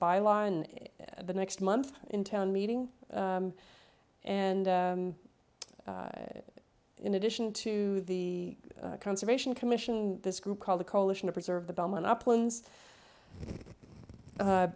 by law in the next month in town meeting and in addition to the conservation commission this group called the coalition to preserve the belmont u